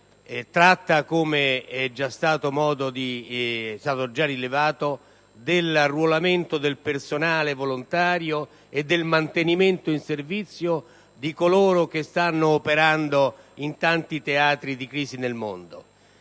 tratta, come è già stato rilevato, dell'arruolamento del personale volontario e del mantenimento in servizio di coloro che stanno operando in tanti teatri di crisi nel mondo.